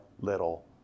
little